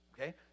Okay